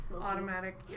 Automatic